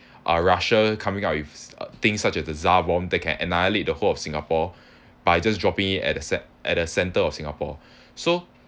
uh russia coming up with the uh thing such as the tsar bomb that can annihilate the whole of singapore by just dropping it at the ce~ at a centre of singapore so